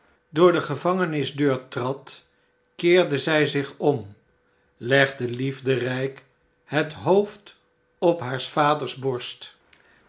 door de gevangenisdeur trad keerde zij zich om legde liefdergk het hoofd op haars vaders